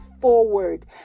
forward